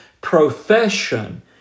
profession